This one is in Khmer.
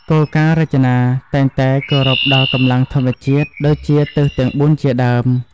គោលការណ៍រចនា តែងតែគោរពដល់កម្លាំងធម្មជាតិ ដូចជាទិសទាំងបួនជាដើម។